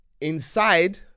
Inside